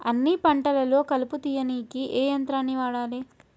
అన్ని పంటలలో కలుపు తీయనీకి ఏ యంత్రాన్ని వాడాలే?